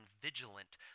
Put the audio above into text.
vigilant